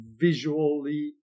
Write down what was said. visually